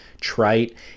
trite